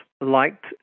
liked